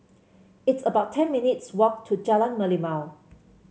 it's about ten minutes' walk to Jalan Merlimau